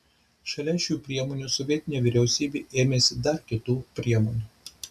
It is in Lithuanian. šalia šių priemonių sovietinė vyriausybė ėmėsi dar kitų priemonių